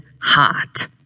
hot